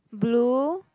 Blue